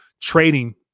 trading